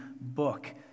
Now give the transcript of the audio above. book